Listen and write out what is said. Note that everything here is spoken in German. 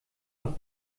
noch